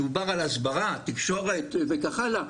דובר על הסברה, תקשורת, וכך הלאה.